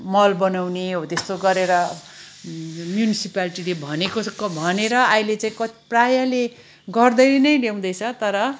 मल बनाउने हो त्यस्तो गरेर म्युनिसिपाल्टीले भनेको भनेर अहिले चाहिँ कत प्रायले गर्दै नै ल्याउँदैछ तर